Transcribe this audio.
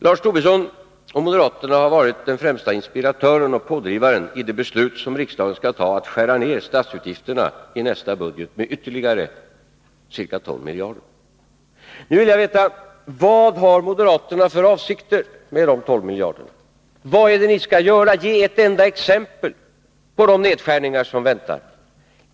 Lars Tobisson och moderaterna har inspirerat och varit de främsta pådrivarna när det gäller det beslut som riksdagen skall fatta om nedskärning av statsutgifterna i nästa budget med ytterligare ca 12 miljarder. Nu vill jag veta vad moderaterna har för avsikter med dessa tolv miljarder. Vad är det ni skall göra? Ge ett enda exempel på de nedskärningar som väntar!